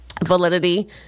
validity